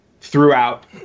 throughout